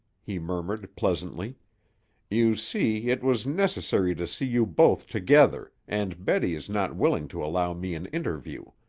he murmured pleasantly you see, it was necessary to see you both together and betty is not willing to allow me an interview.